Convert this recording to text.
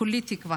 כולי תקווה